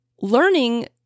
Learning